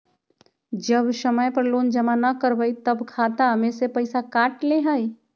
जब समय पर लोन जमा न करवई तब खाता में से पईसा काट लेहई?